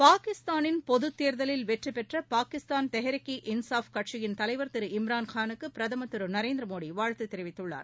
பாகிஸ்தானின் பொதுதேர்தலில் வெற்றிப்பெற்றபாகிஸ்தான் தெஹ்ரிக் ஈ இன்சாப் கட்சியின் தலைவர் திரு இம்ரான்கானுக்குபிரதமர் திருநரேந்திரமோடிவாழ்த்துத் தெரிவித்துள்ளார்